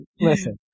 Listen